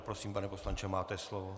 Prosím, pane poslanče, máte slovo.